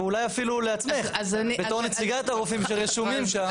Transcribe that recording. ואולי אפילו לעצמך בתור נציגת הרופאים שרשומים שם.